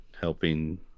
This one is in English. helping